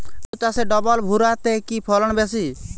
আলু চাষে ডবল ভুরা তে কি ফলন বেশি?